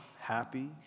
happy